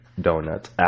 donuts